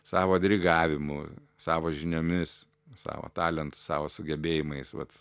savo dirigavimu savo žiniomis savo talentu savo sugebėjimais vat